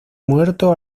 muerto